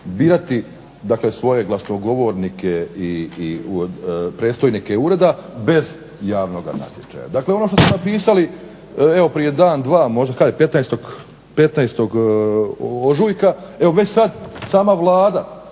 birati svoje glasnogovornike i predstojnike ureda bez javnoga natječaja. Evo što smo pisali prije dan dva, možda kada je 15. ožujka već sada sama Vlada